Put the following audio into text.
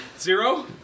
zero